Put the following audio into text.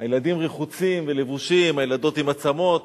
הילדים רחוצים ולבושים, הילדות עם הצמות,